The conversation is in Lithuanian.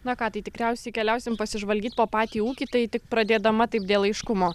na ką tai tikriausiai keliausim pasižvalgyt po patį ūkį tai tik pradėdama taip dėl aiškumo